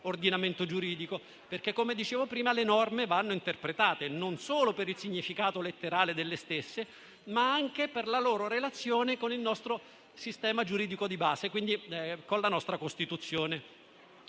ordinamento giuridico, perché, come dicevo prima, le norme vanno interpretate non solo per il significato letterale delle stesse, ma anche per la loro relazione con il nostro sistema giuridico di base e, quindi, con la nostra Costituzione.